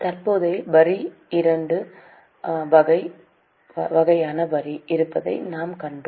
தற்போதைய வரி இரண்டு வகையான வரி இருப்பதை நாம் கண்டோம்